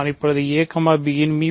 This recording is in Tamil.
நான் இப்போது a b இன் மி